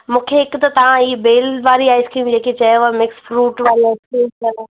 मूंखे हिकु त तव्हां हीअ बेल वारी आइस्क्रीम जेके चयव मिक्स फ्रूट वारी आइस्क्रीम चयव